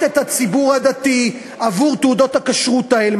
את הציבור הדתי עבור תעודות הכשרות האלה,